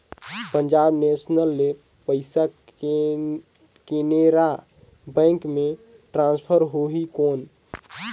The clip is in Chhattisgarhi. पंजाब नेशनल ले पइसा केनेरा बैंक मे ट्रांसफर होहि कौन?